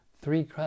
three